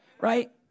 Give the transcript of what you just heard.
right